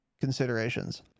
considerations